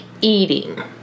eating